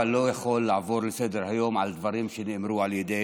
אבל אני לא יכול לעבור על דברים שנאמרו על ידי